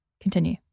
continue